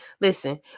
Listen